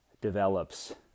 develops